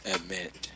Admit